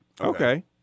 Okay